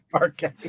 Okay